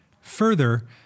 Further